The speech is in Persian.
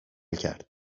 کرد